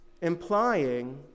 implying